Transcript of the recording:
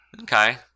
Okay